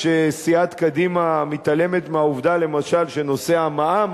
כשסיעת קדימה מתעלמת מהעובדה למשל שנושא המע"מ